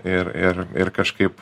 ir ir ir kažkaip